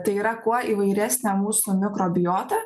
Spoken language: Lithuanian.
tai yra kuo įvairesnė mūsų mikrobiota